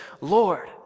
Lord